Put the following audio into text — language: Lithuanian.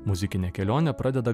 muzikinę kelionę pradeda